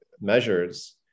measures